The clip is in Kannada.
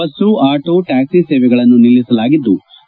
ಬಸ್ತು ಆಟೋ ಟ್ಲಾಕ್ಸಿ ಸೇವೆಗಳನ್ನು ನಿಲ್ಲಿಸಲಾಗಿದ್ಲು